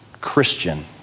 Christian